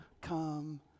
come